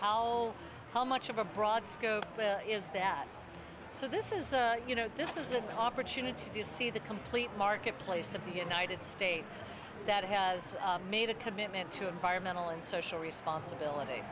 howell how much of a broad scope is that so this is you know this is an opportunity to see the complete marketplace of the united states that has made a commitment to environmental and social responsibility